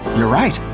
you're right.